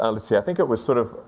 and let's see, i think it was sort of,